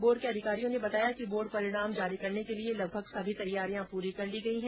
board के अधिकारियों ने बताया कि बोर्ड परिणाम जारी करने के लिए लगभग सभी तैयारियां पूरी कर ली गई है